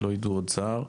לא יידעו עוד צער.